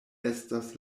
estas